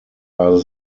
are